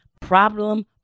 Problem